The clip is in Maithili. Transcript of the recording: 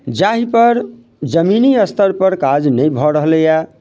जाहिपर जमीनी स्तरपर काज नहि भऽ रहलैए